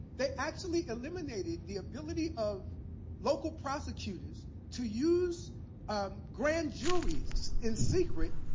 they actually eliminated the ability of local prosecutors to use um grand juries in secret